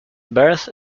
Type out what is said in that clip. birth